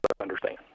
understand